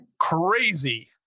crazy